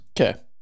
okay